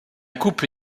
coupe